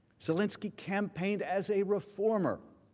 zelensky campaigned as a reformer